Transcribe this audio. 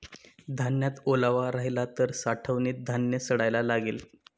धान्यात ओलावा राहिला तर साठवणीत धान्य सडायला लागेल